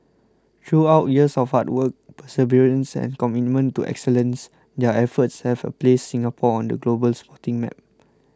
throughout years of hard work perseverance and commitment to excellence their efforts have placed Singapore on the global sporting map